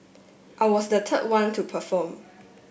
I was the third one to perform